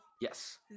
Yes